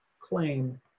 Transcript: claim